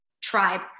tribe